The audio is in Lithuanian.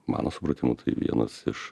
mano supratimu tai vienas iš